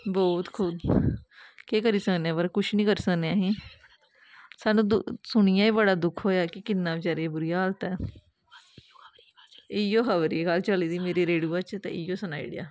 बौह्त खूब केह् करी सकने पर कुछ निं करी सकने असीं सानूं सुनियै बी बड़ा दुख होएआ कि किन्ना बचैरे दी बुरी हालत ऐ इ'यो खबर ही कल चलदी दी मेरे रेडियो च चली दी ते इयो सनाई ओड़ेआ